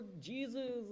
Jesus